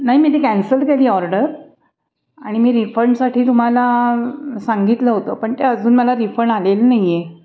नाही मी ती कॅन्सल केली ऑर्डर आणि मी रिफंडसाठी तुम्हाला सांगितलं होतं पण ते अजून मला रिफंड आलेलं नाही आहे